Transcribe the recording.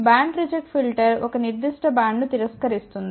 band reject filter ఒక నిర్దిష్ట బ్యాండ్ను తిరస్కరిస్తుంది